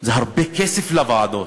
זה הרבה כסף לוועדות,